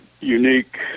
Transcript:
unique